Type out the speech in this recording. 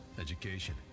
education